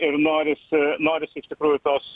ir norisi norisi iš tikrųjų tos